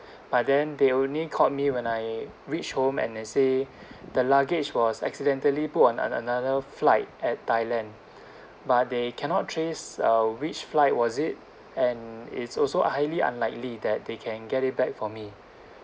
but then they only called me when I reach home and they say the luggage was accidentally put on another flight at thailand but they cannot trace uh which flight was it and it's also highly unlikely that they can get it back for me